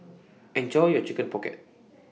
Enjoy your Chicken Pocket